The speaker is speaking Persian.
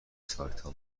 سایتها